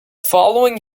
following